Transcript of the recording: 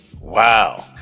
Wow